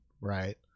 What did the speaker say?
right